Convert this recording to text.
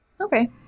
Okay